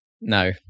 No